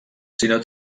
sinó